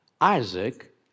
Isaac